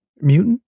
mutant